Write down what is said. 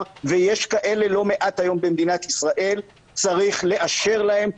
ויש כאלה לא מעט היום במדינת ישראל צריך לאשר להם,